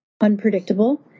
unpredictable